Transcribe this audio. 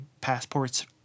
passport's